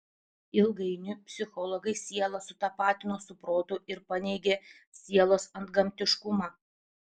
ilgainiui psichologai sielą sutapatino su protu ir paneigė sielos antgamtiškumą